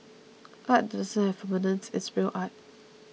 art that doesn't have permanence is real art